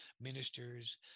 ministers